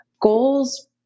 goals